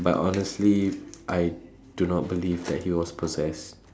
but honestly I do not believe that he was possessed